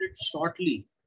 shortly